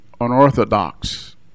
unorthodox